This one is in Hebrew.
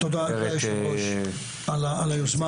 תודה אדוני היושב-ראש על היוזמה